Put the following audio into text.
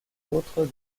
autres